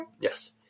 Yes